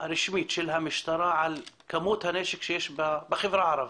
הרשמית של המשטרה על כמות הנשק שיש בחברה הערבית?